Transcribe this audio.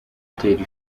atera